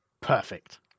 Perfect